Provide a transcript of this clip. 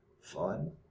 Fun